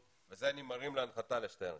את זה אני מרים להנחתה לשטרן.